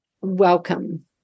Welcome